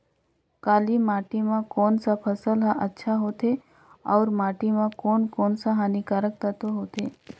काली माटी मां कोन सा फसल ह अच्छा होथे अउर माटी म कोन कोन स हानिकारक तत्व होथे?